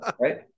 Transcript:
Right